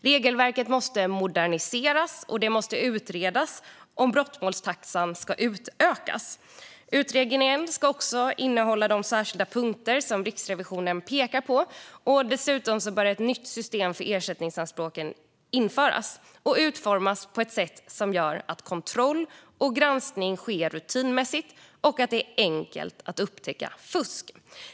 Regelverket måste moderniseras, och det måste utredas om brottmålstaxan ska utökas. Utredningen bör omfatta de särskilda punkter som Riksrevisionen pekar på. Dessutom bör ett nytt system för ersättningsanspråken införas och utformas på ett sätt som gör att kontroll och granskning sker rutinmässigt och att det är enkelt att upptäcka fusk.